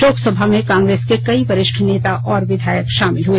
शोक सभा में कांग्रेस के कई वरिष्ठ नेता और विधायक शामिल हुए